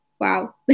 wow